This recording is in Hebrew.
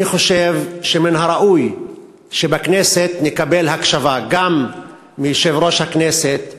אני חושב שמן הראוי שבכנסת נקבל הקשבה גם מיושב-ראש הכנסת,